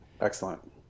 Excellent